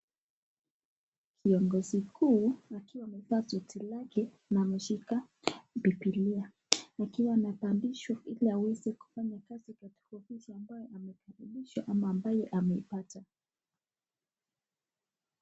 Kiongozi mkuu akiwa amevaa cheti lake na akiwa ameshika biblia akiwa anaapishwa ili aweze kufanya kazi katika ama ambaye amepata.